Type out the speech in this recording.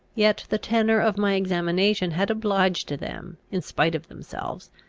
yet the tenor of my examination had obliged them, in spite of themselves,